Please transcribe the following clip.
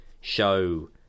show